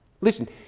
Listen